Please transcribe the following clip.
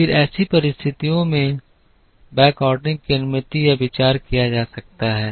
फिर ऐसी परिस्थितियों में बैकऑर्डरिंग की अनुमति या विचार किया जा सकता है